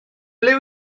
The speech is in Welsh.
ble